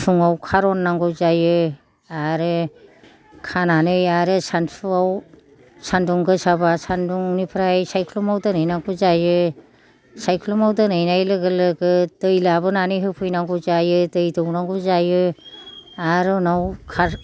फुङाव खारननांगौ जायो आरो खानानै आरो सानसुआव सान्दुं गोसाबा सान्दुंनिफ्राय साइख्लुमाव दोनहैनांगौ जायो साइख्लुमाव दोनहैनाय लोगो लोगो दै लाबोनानै होफैनांगौ जायो दै दौनांगौ जायो आरो उनाव